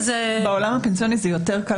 בעולם הפנסיוני זה יותר קל.